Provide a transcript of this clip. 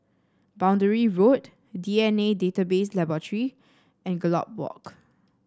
Boundary Road D N A Database Laboratory and Gallop Walk